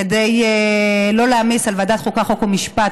כדי לא להעמיס על ועדת החוקה, חוק ומשפט.